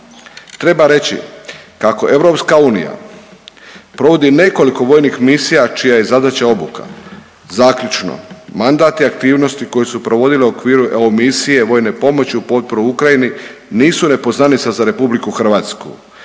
Treba reći kako EU provodi nekoliko vojnih misija čija je zadaća obuka. Zaključno, mandati i aktivnosti koje su provodile u okviru EU misije vojne pomoći u potpori Ukrajini nisu nepoznanica za RH i sudjelovanje